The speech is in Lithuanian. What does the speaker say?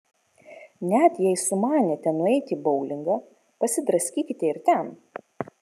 net jei sumanėte nueiti į boulingą pasidraskykite ir ten